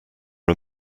are